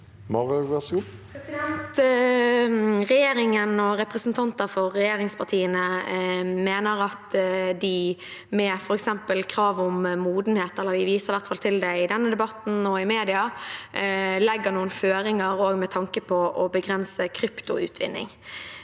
Regjeringen og repre- sentanter for regjeringspartiene mener at de med f.eks. krav om modenhet – de viser i hvert fall til det i denne debatten og i media – legger noen føringer også med tanke på å begrense kryptoutvinning.